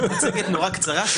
מצגת מאוד קצרה.